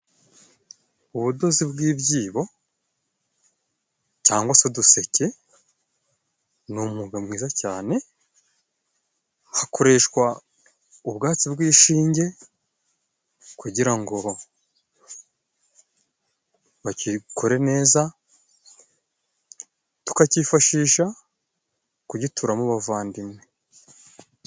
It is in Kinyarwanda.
Ubudozi bw'ibyibo cyangwa se uduseke ni umwuga mwiza cyane. Hakoreshwa ubwatsi bw'ishinge kugira ngo bagikore neza, tukakifashisha kugituramo abavandimwe.